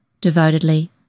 Devotedly